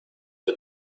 the